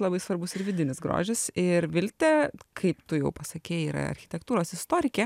labai svarbus ir vidinis grožis ir viltė kaip tu jau pasakei yra architektūros istorikė